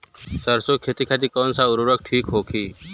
सरसो के खेती खातीन कवन सा उर्वरक थिक होखी?